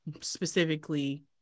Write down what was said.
specifically